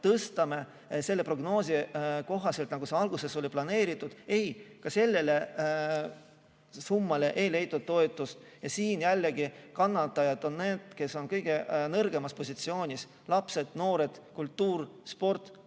tõstame seda prognoosi kohaselt, nagu alguses oli planeeritud. Ei, ka sellele ei leitud toetust. Siin on jällegi kannatajad need, kes on kõige nõrgemas positsioonis: lapsed, noored, kultuur, sport,